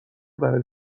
برای